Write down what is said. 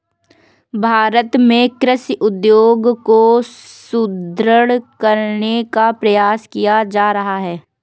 भारत में कृषि उद्योग को सुदृढ़ करने का प्रयास किया जा रहा है